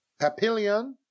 Papillion